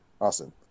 awesome